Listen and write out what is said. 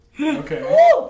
Okay